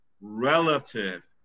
relative